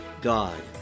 God